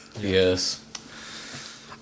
Yes